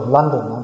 London